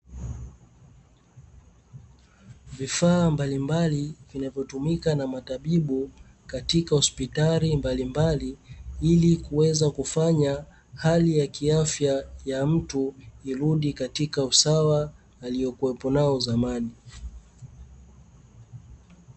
Vifaa mbalimbali vinavyotumika na matabibu katika hospitali mbalimbali, ili kuweza kufanya hali ya kiafya ya mtu irudi katika usawa aliokuwepo nao zamani.